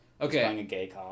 Okay